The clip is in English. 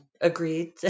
agreed